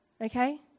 Okay